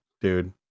dude